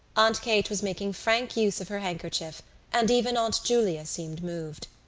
aunt kate was making frank use of her handkerchief and even aunt julia seemed moved.